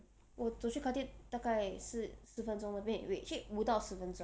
我走去 khatib 大概是四分钟 wait wait actually 五到十分钟